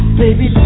baby